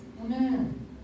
Amen